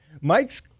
mike's